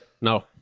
No